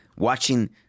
Watching